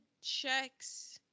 checks